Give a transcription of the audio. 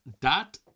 dot